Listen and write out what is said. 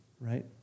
right